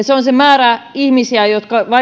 se on se määrä ihmisiä jotka